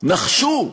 נחשו.